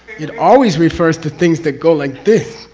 it always refers to things that go like this.